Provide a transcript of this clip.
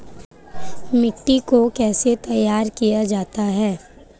मिट्टी को कैसे तैयार किया जाता है?